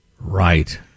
right